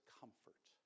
comfort